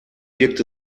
wirkt